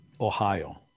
Ohio